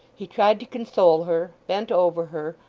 he tried to console her, bent over her,